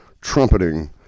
trumpeting